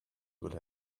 will